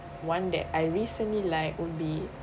one that I recently like would be